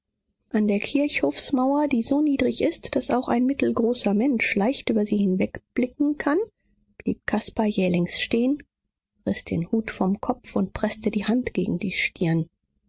an der kirchhofsmauer die so niedrig ist daß auch ein mittelgroßer mensch leicht über sie hinwegblicken kann blieb caspar jählings stehen riß den hut vom kopf und preßte die hand gegen die stirn